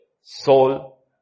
soul